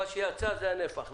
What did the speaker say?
מה שיצא זה הנפח.